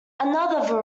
another